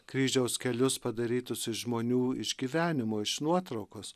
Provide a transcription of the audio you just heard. kryžiaus kelius padarytus iš žmonių išgyvenimo iš nuotraukos